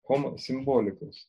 homo simbolikus